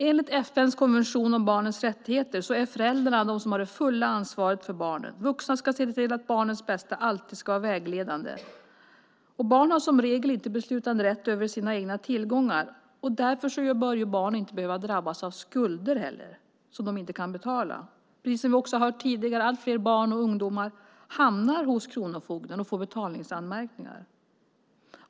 Enligt FN:s konvention om barnens rättigheter är det föräldrarna som ska ha det fulla ansvaret för barnen. Vuxna ska se till att barnens bästa alltid ska vara vägledande. Barn har som regel inte beslutanderätt över sina tillgångar, och därför bör barn inte heller drabbas av skulder som de inte kan betala. Allt fler barn och ungdomar får betalningsanmärkningar och hamnar hos kronofogden, som vi hört tidigare.